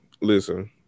listen